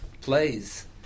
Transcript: plays